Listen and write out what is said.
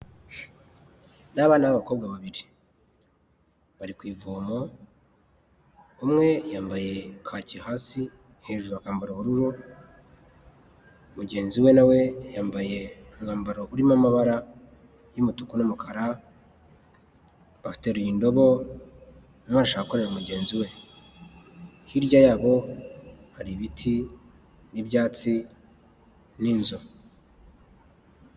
Ni abana b'abakobwa babiri bari ku ivomo, umwe yambaye kaki hasi hejuru akambara ubururu mugenzi we nawe yambaye umwambaro urimo amabara y'umutuku n'umukara ateruye indobo arimo arasha gukorera mugenzi we hirya yabo hari ibiti, n'ibyatsi, n'inzu.